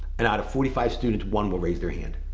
and out of forty five students, one will raise their hand,